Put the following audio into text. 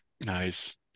Nice